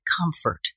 comfort